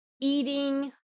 eating